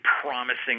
promising